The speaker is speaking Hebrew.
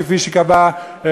כפי שקבע,